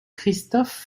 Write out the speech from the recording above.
christophe